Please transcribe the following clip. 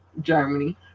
Germany